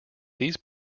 these